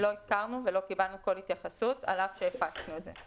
לא היכרנו ולא קיבלנו כל התייחסות על אף שהפצנו את זה.